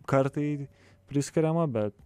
kartai priskiriama bet